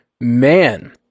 Man